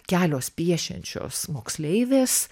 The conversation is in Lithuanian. kelios piešiančios moksleivės